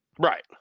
Right